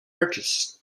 artists